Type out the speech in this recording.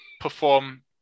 perform